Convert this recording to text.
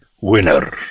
winner